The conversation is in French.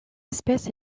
espèce